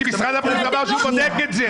כי משרד הבריאות אמר שהוא בודק את זה.